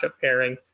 pairing